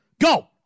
Go